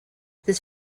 this